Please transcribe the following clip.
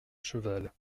cheval